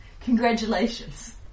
Congratulations